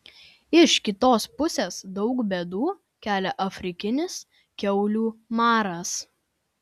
iš kitos pusės daug bėdų kelia afrikinis kiaulių maras